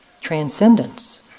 transcendence